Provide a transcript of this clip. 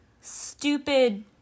stupid